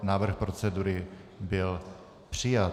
Návrh procedury byl přijat.